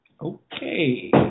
Okay